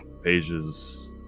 pages